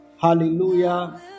hallelujah